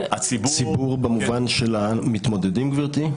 הציבור במובן של המתמודדים, גברתי?